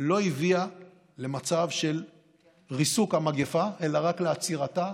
לא הביאה למצב של ריסוק המגפה אלא רק לעצירתה,